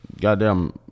Goddamn